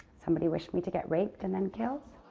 somebody wished me to get raped and then killed.